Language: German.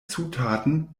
zutaten